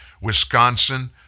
Wisconsin